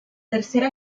tercera